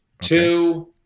Two